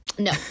No